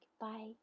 bye